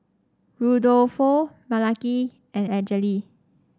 Rudolfo Malaki and Angele